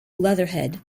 leatherhead